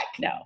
No